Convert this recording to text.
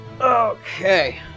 Okay